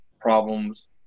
problems